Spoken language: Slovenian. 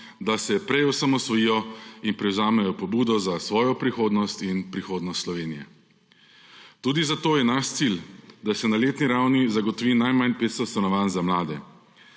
da se prej osamosvojijo in prevzamejo pobudo za svojo prihodnost in prihodnost Slovenije. Tudi zato je naš cilj, da se na letni ravni zagotovi najmanj 500 stanovanj za mlade.